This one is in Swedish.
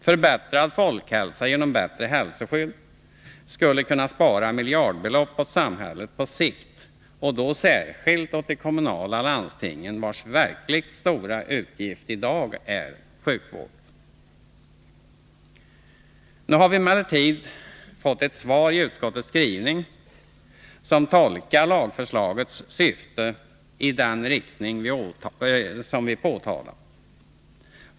Förbättrad folkhälsa genom bättre hälsoskydd skulle kunna spara miljardbelopp åt samhället på sikt och då särskilt åt de kommunala landstingen, vilkas verkligt stora utgift i dag gäller sjukvård. Nu har vi emellertid fått ett svar i utskottets skrivning som tolkar lagförslagets syfte i den riktning vi angivit.